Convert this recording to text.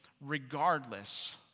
regardless